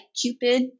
Cupid